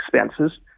expenses